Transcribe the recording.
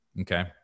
okay